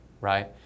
right